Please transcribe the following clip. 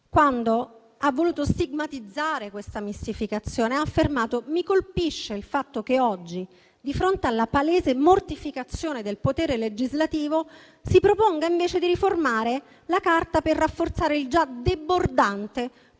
quando ha voluto stigmatizzare questa mistificazione e ha affermato: «Mi colpisce il fatto che oggi, di fronte alla palese mortificazione del potere legislativo, si proponga invece di riformare la Carta per rafforzare il già debordante potere